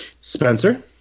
Spencer